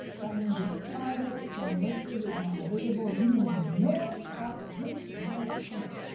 that means it's private, it's unlisted, it's not visible, you don't even know about the group, unless you're in it.